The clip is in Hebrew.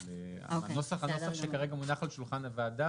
אבל הנוסח שכרגע מונח על שולחן הוועדה